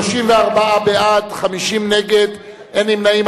34 בעד, 50 נגד, אין נמנעים.